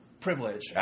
Privilege